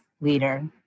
leader